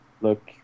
Look